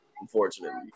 unfortunately